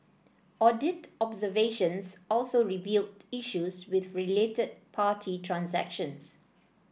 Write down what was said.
audit observations also revealed issues with related party transactions